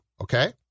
okay